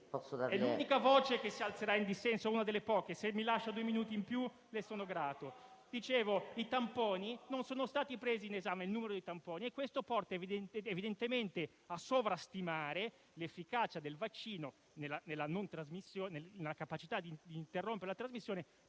È l'unica voce che si alzerà in dissenso, una delle poche, se mi lascia due minuti in più le sarò grato. Non è stato preso in esame il numero di tamponi e questo porta evidentemente a sovrastimare l'efficacia del vaccino nella capacità di interrompe la trasmissione,